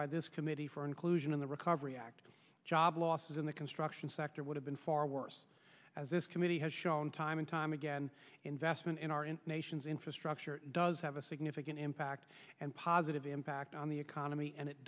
by this committee for inclusion in the recovery act job losses in the construction sector would have been far worse as this committee has shown time and time again investment in our in nation's infrastructure does have a significant impact and positive impact on the economy and it